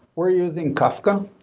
we're using kafka.